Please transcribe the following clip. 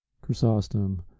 chrysostom